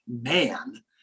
man